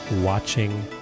watching